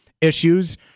issues